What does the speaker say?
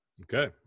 Okay